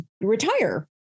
retire